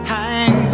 Hang